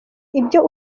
ibyo